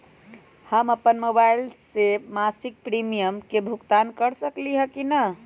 हम अपन मोबाइल से मासिक प्रीमियम के भुगतान कर सकली ह की न?